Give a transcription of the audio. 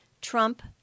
Trump